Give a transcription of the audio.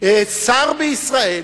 שר בישראל,